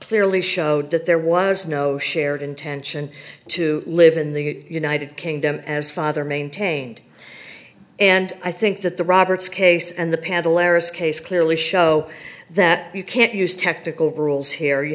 clearly showed that there was no shared intention to live in the united kingdom as father maintained and i think that the roberts case and the panda laris case clearly show that you can't use technical rules here you